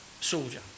soldier